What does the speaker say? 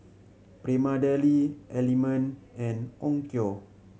Prima Deli Element and Onkyo